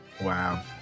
Wow